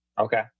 Okay